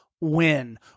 win